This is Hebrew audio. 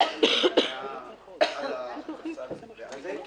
הצעת החוק אושרה כפי שפורסמה ותעלה